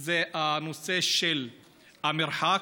זה הנושא של המרחק,